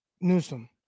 Newsom